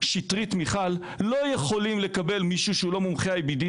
שטרית מיכל לא יכולים לקבל מישהו שהוא לא מומחה IBD,